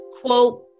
quote